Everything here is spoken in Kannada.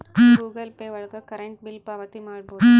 ಗೂಗಲ್ ಪೇ ಒಳಗ ಕರೆಂಟ್ ಬಿಲ್ ಪಾವತಿ ಮಾಡ್ಬೋದು